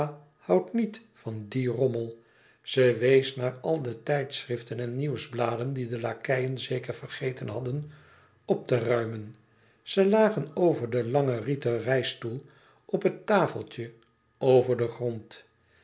houdt niet van dien rommel ze wees naar al de tijdschriften en nieuwsbladen die de lakeien zeker vergeten hadden op te ruimen ze lagen over den langen rieten reisstoel op het tafeltje over den grond